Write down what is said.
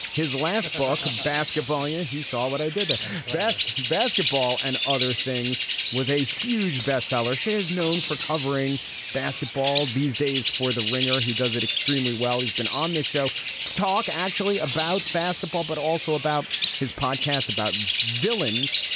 his last book basketball. yeah he saw what i did the best basketball and other things was a huge best seller shea is known for covering basketball these days for the ringer. he does it extremely well he's been on this show to talk actually about basketball but also about his podcast about villains.